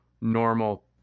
normal